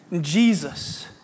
Jesus